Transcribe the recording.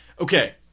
Okay